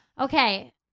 okay